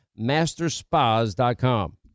masterspas.com